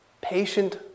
patient